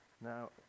Now